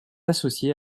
associé